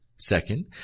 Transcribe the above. Second